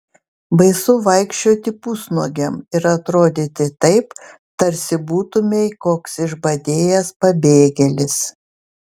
baisu vaikščioti pusnuogiam ir atrodyti taip tarsi būtumei koks išbadėjęs pabėgėlis